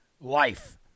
life